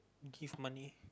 give money